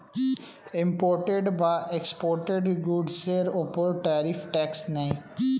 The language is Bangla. ইম্পোর্টেড বা এক্সপোর্টেড গুডসের উপর ট্যারিফ ট্যাক্স নেয়